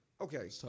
Okay